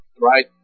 right